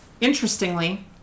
interestingly